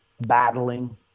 battling